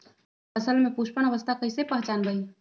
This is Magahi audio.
फसल में पुष्पन अवस्था कईसे पहचान बई?